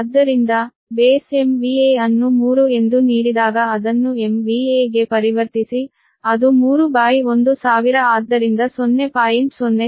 ಆದ್ದರಿಂದ base MVA ಅನ್ನು 3 ಎಂದು ನೀಡಿದಾಗ ಅದನ್ನು MVA ಗೆ ಪರಿವರ್ತಿಸಿ ಅದು 31000 ಆದ್ದರಿಂದ 0